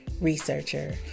researcher